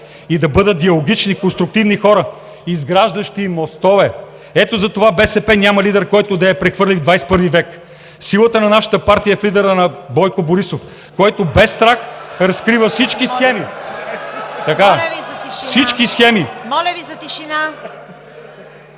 и да бъдат диалогични и конструктивни хора, изграждащи мостове. Ето затова БСП няма лидер, който да я прехвърли в 21-и век. Силата на нашата партия е лидерът Бойко Босиров, който без страх разкрива всички схеми… (Оживление.